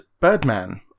birdman